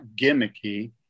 gimmicky